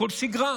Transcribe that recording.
הכול שגרה.